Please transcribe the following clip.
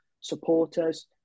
supporters